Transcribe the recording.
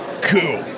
Cool